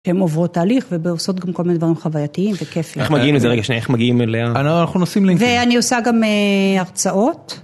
הם עוברות תהליך ועושות גם כל מיני דברים חווייתיים וכיף. איך מגיעים לזה רגע שנייה, איך מגיעים אליה? אנחנו נוסעים ל... ואני עושה גם הרצאות.